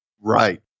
Right